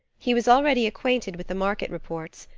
he was already acquainted with the market reports,